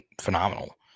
phenomenal